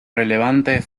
relevante